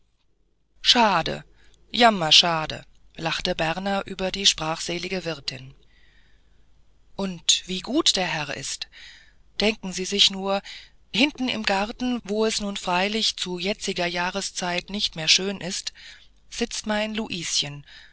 schade jammerschade lachte berner über die sprachselige wirtin und wie gut der herr ist denken sie sich nur hinten im garten wo es nun freilich zu jetziger jahreszeit nicht mehr schön ist sitzt mein luischen